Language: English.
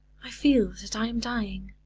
i feel that i am dying.